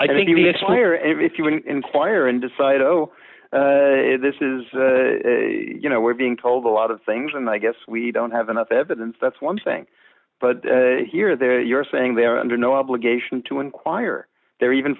fire if you were in choir and decide oh this is you know we're being told a lot of things and i guess we don't have enough evidence that's one thing but here they're you're saying they're under no obligation to inquire they're even